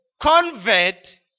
convert